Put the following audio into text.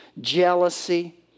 jealousy